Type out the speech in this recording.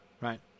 right